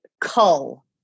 cull